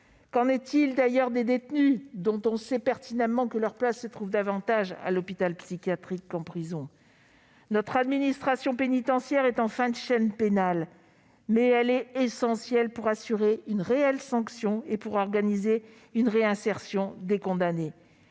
Qu'en est-il d'ailleurs des détenus dont on sait pertinemment que leur place se trouve davantage en hôpital psychiatrique qu'en prison ? Notre administration pénitentiaire est en fin de chaîne pénale, mais elle est essentielle pour assurer une réelle sanction et pour organiser la réinsertion des condamnés.